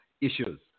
issues